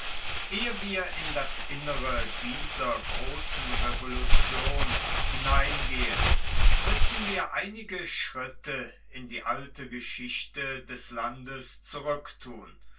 ehe wir in das innere dieser großen revolution hineingehen müssen wir einige schritte in die alte geschichte des landes znrückthun